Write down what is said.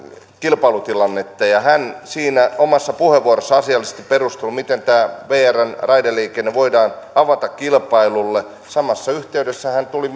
kilpailutilannetta hän omassa puheenvuorossaan asiallisesti perusteli miten tämä vrn raideliikenne voidaan avata kilpailulle samassa yhteydessä hän tuli